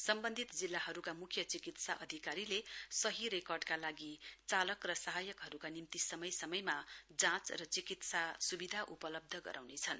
सम्बन्धित जिल्लाहरूका मुख्य चिकित्सा अधिकारीले सही रेकर्डका लागि चालक र सहायकहरूका निम्ति समय समयमा जाँच र चिकित्सा सुविधा उपलब्ध गराउनेछन्